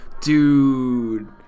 Dude